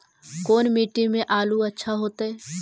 कोन मट्टी में आलु अच्छा होतै?